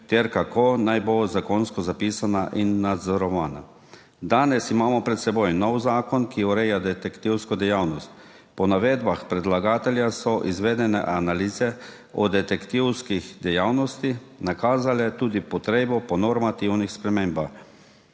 ter kako naj bo zakonsko zapisana in nadzorovana. Danes imamo pred seboj nov zakon, ki ureja detektivsko dejavnost. Po navedbah predlagatelja so izvedene analize o detektivski dejavnosti nakazale tudi potrebo po normativnih spremembah,